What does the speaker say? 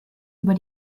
über